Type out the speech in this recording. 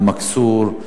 אל-מכסור,